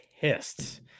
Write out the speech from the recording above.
pissed